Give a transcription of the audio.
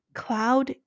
cloud